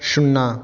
शुन्ना